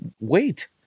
wait